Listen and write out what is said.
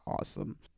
awesome